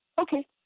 Okay